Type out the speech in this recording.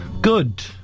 Good